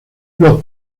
los